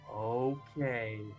Okay